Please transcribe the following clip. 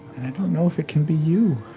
and i don't know if it can be you.